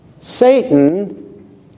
Satan